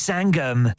Sangam